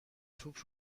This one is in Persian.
توپ